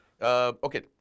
Okay